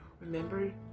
Remember